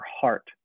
heart